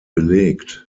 belegt